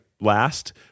last